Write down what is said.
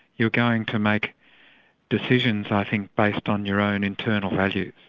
you're going to make decisions i think based on your own internal value,